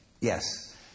Yes